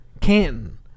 Canton